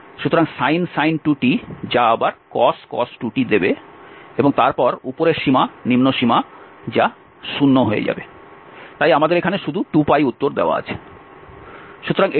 সুতরাং sin 2t যা আবার cos 2t দেবে এবং তারপর উপরের সীমা নিম্ন সীমা যা 0 হয়ে যাবে তাই আমাদের এখানে শুধু 2π উত্তর আছে